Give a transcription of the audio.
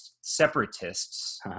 separatists